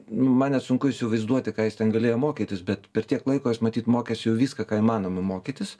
man net sunku įsivaizduoti ką jis ten galėjo mokytis bet per tiek laiko jis matyt mokės jau viską ką įmanoma mokytis